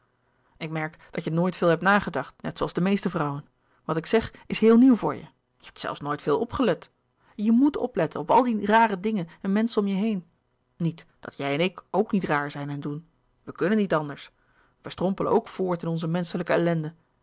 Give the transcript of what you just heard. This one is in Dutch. ik merk dat je nooit veel hebt nagedacht net zooals de meeste vrouwen wat ik zeg is heel nieuw voor je je hebt zelfs nooit veel opgelet je moet opletten op al de rare dingen en menschen om je heen niet dat jij en ik ook niet raar zijn en doen we kunnen niet anders we strompelen ook voort in onze menschelijke ellende